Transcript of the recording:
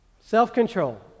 Self-control